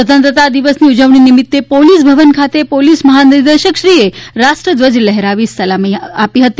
સ્વતંત્રતા દિવસની ઉજવણી નિમિત્તે પોલીસ ભવન ખાતે પોલીસ મહાનિદેશકશ્રીએ રાષ્ટ્રધ્વજ લહેરાવી સલામી આપી હતી